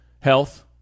Health